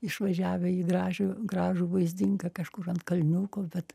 išvažiavę į gražią gražų vaizdingą kažkur ant kalniuko bet